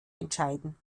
entscheiden